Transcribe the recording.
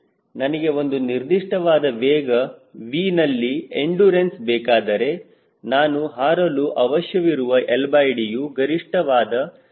ನನಗೆ ಒಂದು ನಿರ್ದಿಷ್ಟವಾದ ವೇಗ V ನಲ್ಲಿ ಎಂಡುರನ್ಸ್ ಬೇಕಾದರೆ ನಾನು ಹಾರಲು ಅವಶ್ಯವಿರುವ LDಯು ಗರಿಷ್ಠವಾದ CL32CD ಆಗಿರಬೇಕು